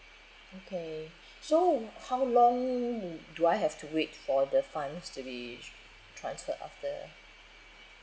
okay so how long do I have to wait for the funds to be transfer after